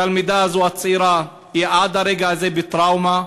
התלמידה הזו, הצעירה, היא עד הרגע הזה בטראומה.